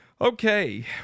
Okay